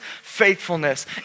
faithfulness